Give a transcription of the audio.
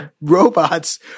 robots